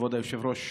כבוד היושב-ראש,